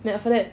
then after that